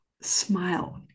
smile